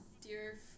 dear